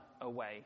away